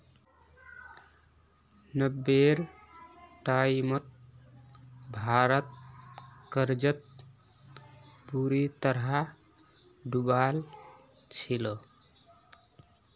नब्बेर टाइमत भारत कर्जत बुरी तरह डूबाल छिले